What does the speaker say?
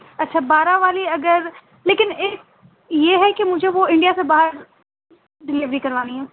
اچھا بارہ والی اگر لیکن ایک یہ ہے کہ مجھے وہ انڈیا سے باہر ڈلیوری کروانی ہے